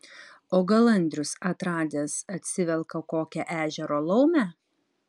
o gal andrius atradęs atsivelka kokią ežero laumę